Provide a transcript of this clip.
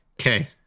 Okay